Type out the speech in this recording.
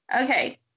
Okay